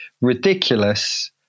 ridiculous